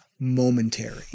momentary